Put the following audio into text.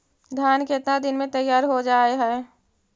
धान केतना दिन में तैयार हो जाय है?